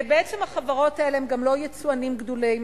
בעצם החברות האלה הן גם לא יצואנים גדולים.